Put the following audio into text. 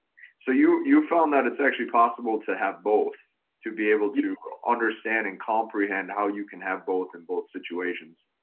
so you you found that it's actually possible to have both to be able to understand and comprehend how you can have both in both situations.